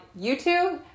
YouTube